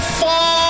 fall